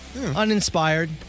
uninspired